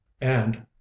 And—